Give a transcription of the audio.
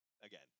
again